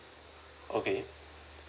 okay